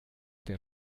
der